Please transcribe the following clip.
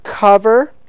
cover